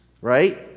Right